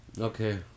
Okay